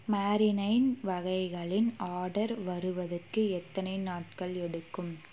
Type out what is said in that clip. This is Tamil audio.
மேரினேன் வகைகளின் ஆர்டர் வருவதற்கு எத்தனை நாட்கள் எடுக்கும்